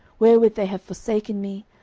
wherewith they have forsaken me,